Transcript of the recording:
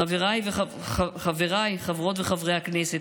חבריי חברות וחברי הכנסת,